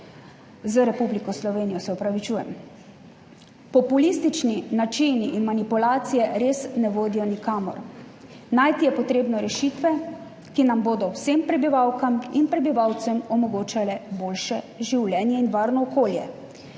z Republiko Slovenijo. Populistični načini in manipulacije res ne vodijo nikamor. Najti je potrebno rešitve, ki nam bodo vsem prebivalkam in prebivalcem omogočale boljše življenje in varno okolje.